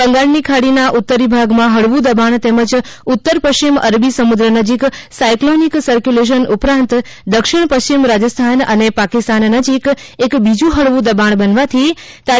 બંગાળની ખાડીના ઉતરી ભાગમાં હળવુ દબાણ તેમજ ઉત્તર પશ્ચિમ અરબી સમુક્ર નજીક સાયકલોનીક સરકયુલેશન ઉપરાંત દક્ષિણ પશ્ચિમ રાજસ્થાન અને પાકિસ્તાન નજીક એક બીજુ હળવુ દબાણ બનવાથી તા